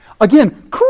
Again